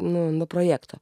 nu nuo projekto